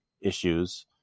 issues